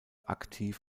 aktiv